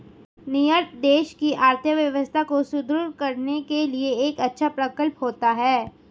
निर्यात देश की अर्थव्यवस्था को सुदृढ़ करने के लिए एक अच्छा प्रकल्प होता है